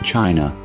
China